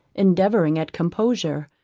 endeavouring at composure,